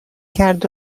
کرد